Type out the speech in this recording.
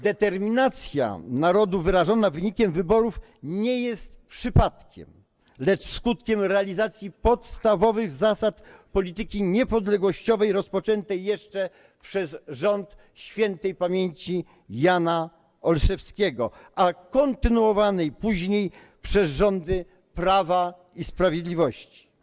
Determinacja narodu wyrażona wynikiem wyborów nie jest przypadkiem, lecz skutkiem realizacji podstawowych zasad polityki niepodległościowej rozpoczętej jeszcze przez rząd śp. Jana Olszewskiego, a kontynuowanej później przez rządy Prawa i Sprawiedliwości.